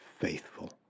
faithful